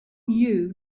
you